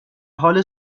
حال